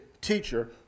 teacher